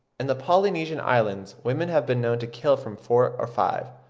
in the polynesian islands women have been known to kill from four or five,